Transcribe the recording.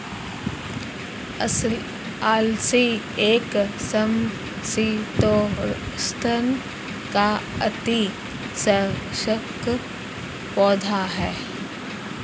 अलसी एक समशीतोष्ण का अति आवश्यक पौधा है